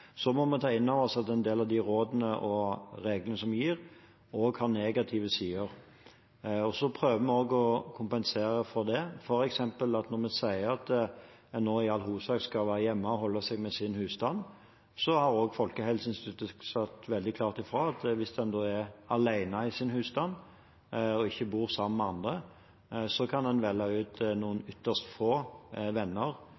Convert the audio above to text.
Så må vi ta inn over oss at en del av de rådene og reglene vi gir, også har negative sider. Vi prøver å kompensere for det. Når vi f.eks. nå sier at en i all hovedsak skal være hjemme og holde seg med sin husstand, har Folkehelseinstituttet sagt veldig klart fra at hvis en er alene i sin husstand og ikke bor sammen med andre, kan en velge ut